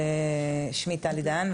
שמי טלי דהן,